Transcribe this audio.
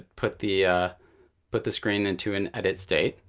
ah put the ah put the screen into an edit state,